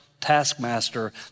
taskmaster